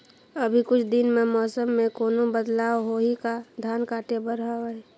अभी कुछ दिन मे मौसम मे कोनो बदलाव होही का? धान काटे बर हवय?